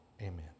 Amen